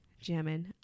Jamming